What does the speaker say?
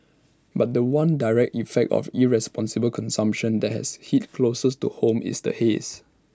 but The One direct effect of irresponsible consumption that has hit closest to home is the haze